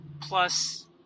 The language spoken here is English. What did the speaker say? Plus